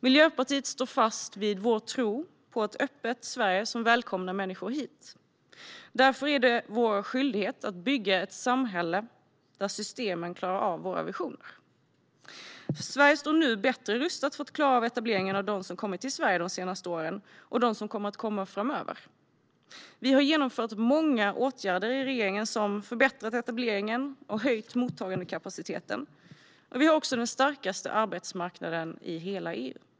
Miljöpartiet står fast vid vår tro på ett öppet Sverige som välkomnar människor hit. Därför är det vår skyldighet att bygga ett samhälle där systemen klarar av våra visioner. Sverige står nu bättre rustat för att klara av etableringen av dem som kommit till Sverige de senaste åren och dem som kommer att komma framöver. Regeringen har genomfört många åtgärder som förbättrat etableringen och höjt mottagandekapaciteten, och vi har också den starkaste arbetsmarknaden i hela EU.